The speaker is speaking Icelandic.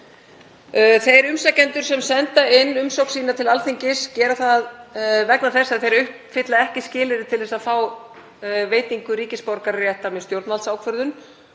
Þeir umsækjendur sem senda inn umsögn sína til Alþingis gera það vegna þess að þeir uppfylla ekki skilyrði til að fá veitingu ríkisborgararéttar með stjórnvaldsákvörðun.